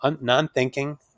non-thinking